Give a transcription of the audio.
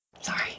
Sorry